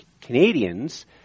Canadians